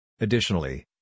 Additionally